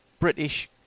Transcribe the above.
British